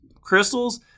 crystals